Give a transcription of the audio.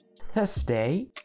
Thursday